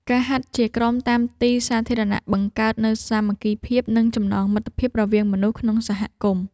ការហាត់ជាក្រុមតាមទីសាធារណៈបង្កើតនូវសាមគ្គីភាព និងចំណងមិត្តភាពរវាងមនុស្សក្នុងសហគមន៍។